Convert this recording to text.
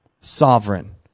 sovereign